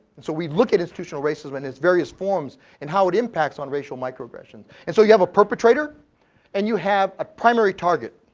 and so, we look at institutional racism in its various forms and how it impacts on racial microaggression. and so, you have a perpetrator and your have a primary target.